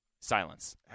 Silence